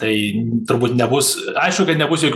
tai turbūt nebus aišku kad nebus jokių